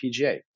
PGA